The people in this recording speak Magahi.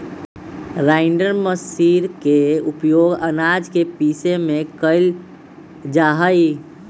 राइण्डर मशीर के उपयोग आनाज के पीसे में कइल जाहई